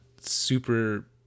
super